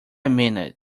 minute